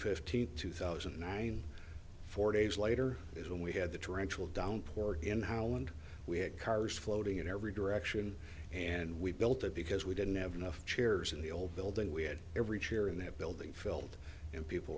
fifteenth two thousand and nine four days later is when we had the trench will downpour in holland we had cars floating in every direction and we built it because we didn't have enough chairs in the old building we had every chair in that building filled and people